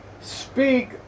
Speak